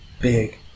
big